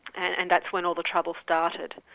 and and that's when all the trouble started.